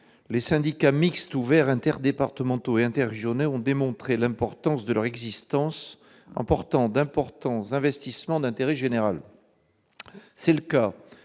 Les syndicats ouverts interdépartementaux et interrégionaux ont démontré toute leur utilité, en portant d'importants investissements d'intérêt général. C'est le cas,